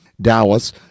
Dallas